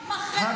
מחרטות,